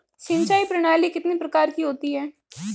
सिंचाई प्रणाली कितने प्रकार की होती है?